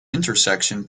intersection